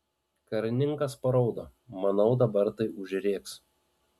karininkas paraudo manau dabar tai užrėks